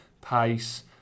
pace